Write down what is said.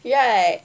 right